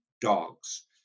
dogs